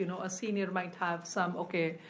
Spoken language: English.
you know a senior might have some, okay,